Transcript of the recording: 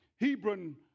Hebron